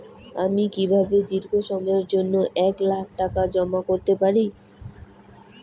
আমি কিভাবে দীর্ঘ সময়ের জন্য এক লাখ টাকা জমা করতে পারি?